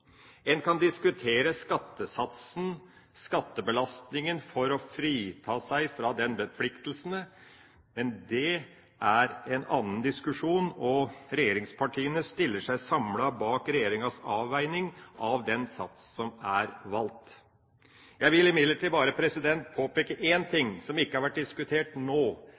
En kan diskutere skattesatsen, skattebelastninga for å frita seg fra de forpliktelsene, men det er en annen diskusjon, og regjeringspartiene stiller seg samlet bak regjeringas avveining av den sats som er valgt. Jeg vil imidlertid bare påpeke én ting som ikke har vært diskutert nå, ei heller i særlig grad tidligere. Det er at vi nå